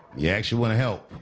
yeah actually want to help.